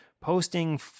posting